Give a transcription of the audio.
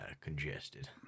congested